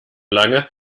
lange